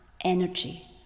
energy